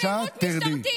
בבקשה תרדי.